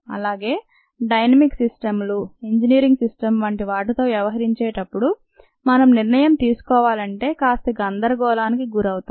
అలాగే dynamic system లు engineering system వంటి వాటితో వ్యవహరించేటప్పుడు మనం నిర్ణయం తీసుకోవాలంటే కాస్త గందరగోళానికి గురవుతాం